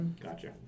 Gotcha